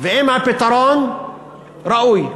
ואם הפתרון ראוי,